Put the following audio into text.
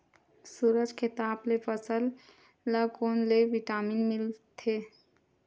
सूरज के ताप ले फसल ल कोन ले विटामिन मिल थे?